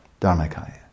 Dharmakaya